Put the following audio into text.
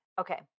Okay